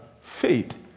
faith